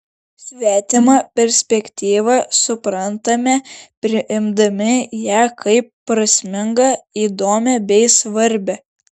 svetimą perspektyvą suprantame priimdami ją kaip prasmingą įdomią bei svarbią